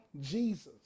Jesus